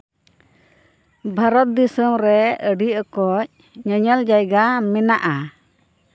ᱵᱷᱟᱨᱚᱛ ᱫᱤᱥᱚᱢ ᱨᱮ ᱟᱹᱰᱤ ᱚᱠᱚᱡ ᱧᱮᱧᱮᱞ ᱡᱟᱭᱜᱟ ᱢᱮᱱᱟᱜᱼᱟ